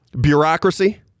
bureaucracy